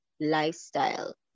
lifestyle